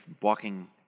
walking